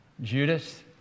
Judas